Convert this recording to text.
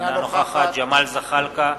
אינה נוכחת ג'מאל זחאלקה,